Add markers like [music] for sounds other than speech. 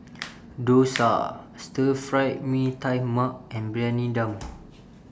Dosa Stir Fry Mee Tai Mak and Briyani Dum [noise]